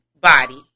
body